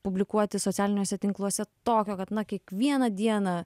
publikuoti socialiniuose tinkluose tokio kad na kiekvieną dieną